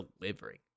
delivering